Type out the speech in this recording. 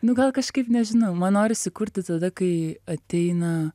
nu gal kažkaip nežinau man norisi kurti tada kai ateina